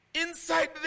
inside